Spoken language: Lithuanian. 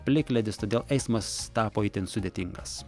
plikledis todėl eismas tapo itin sudėtingas